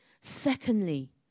Secondly